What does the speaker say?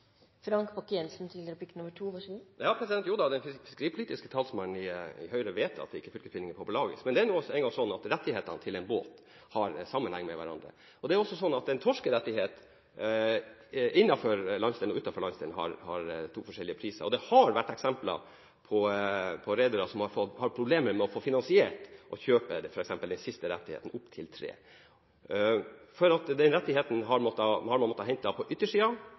den fiskeripolitiske talsmannen i Høyre vet at det ikke er fylkesbinding for pelagiske rettigheter, men det er nå en gang slik at rettighetene til en båt har sammenheng med hverandre. Det er også slik at en torskerettighet har to forskjellige priser – en innenfor landsdelen og en utenfor landsdelen. Det er eksempler på redere som har hatt problemer med å få finansiert kjøpet av f.eks. den siste rettigheten, den tredje, for den rettigheten har man måttet hente utenfor landsdelen. Der er den dyrere. Kan representanten være med meg på